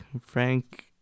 frank